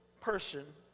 person